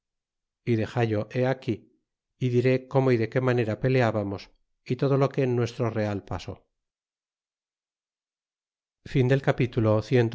he aqui y diré cómo y de qué manera peleábamos y todo lo que en nuestro real pasó capitulo cliii